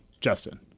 Justin